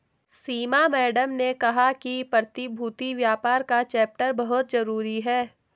सीमा madam ने कहा कि प्रतिभूति व्यापार का चैप्टर बहुत जरूरी है